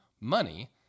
money